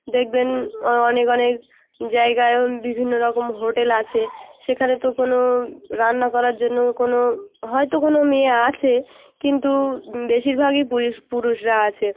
দেখবেন অনেক অনেক জায়গায়ও বিভিন্ন রকম হোটেল আছে সেখানে তো কোনো রান্না করার জন্য কোনো হয়তো কোনো মেয়ে আছে কিন্তু বেশিরভাগই পুরুষরা আছে